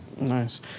Nice